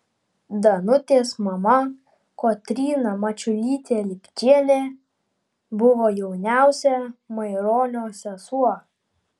danutės mama kotryna mačiulytė lipčienė buvo jauniausia maironio sesuo